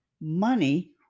money